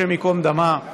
השם ייקום דמה,